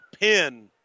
pin